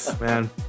man